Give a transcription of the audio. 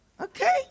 Okay